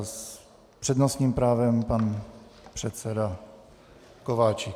S přednostním právem pan předseda Kováčik.